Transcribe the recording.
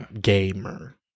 Gamer